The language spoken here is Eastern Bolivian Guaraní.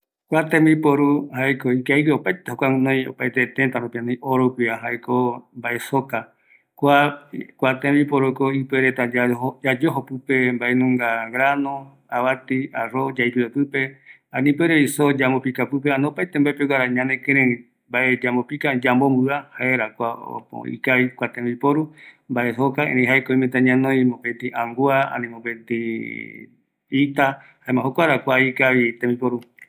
Mbaejoka, jaeko oyeyojo vaera mbae pɨpe, ouko mbaejoka jare angua, kuape oyembongui, avati, arroz oyepiro, soo oyeyojo pɨpevi, opaete pegua ikavi